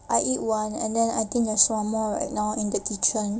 I eat one and I think there's one more right now in the kitchen